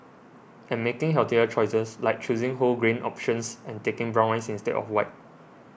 and making healthier choices like choosing whole grain options and taking brown rice instead of white